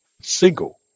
Single